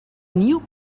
new